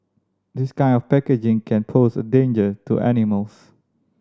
this kind of packaging can pose a danger to animals